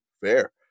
Fair